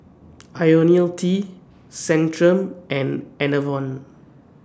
Ionil T Centrum and Enervon